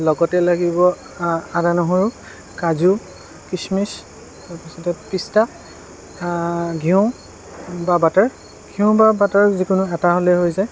লগতে লাগিব আদা নহৰু কাজু খিচমিচ তাৰপিছতে পিষ্টা ঘিউ বা বাটাৰ ঘিউ বা বাটাৰ যিকোনো এটা হ'লেই হৈ যায়